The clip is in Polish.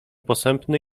posępny